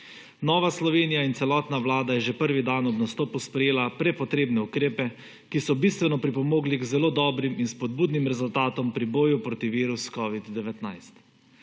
Nova Slovenija in celotna vlada je že prvi dan ob nastopu sprejela prepotrebne ukrepe, ki so bistveno pripomogli k zelo dobrim in spodbudnim rezultatom pri boju proti virusu covida-19.